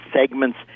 segments